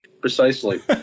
Precisely